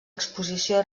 exposició